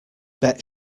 bet